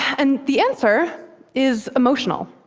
and the answer is emotional.